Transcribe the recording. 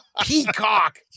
Peacock